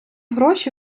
гроші